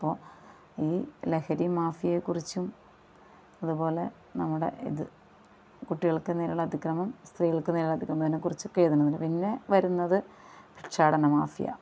അപ്പോൾ ഈ ലഹരിമാഫിയയെക്കുറിച്ചും അത് പോലെ നമ്മുടെ ഇത് കുട്ടികൾക്ക് നേരെയുള്ള അതിക്രമം സ്ത്രീകൾക്ക് നേരെയുള്ള അതിക്രമതിനെക്കുറിച്ചൊക്കെ എഴുതണമെന്നുണ്ട് പിന്നെ വരുന്നത് ഭിക്ഷാടനമാഫിയ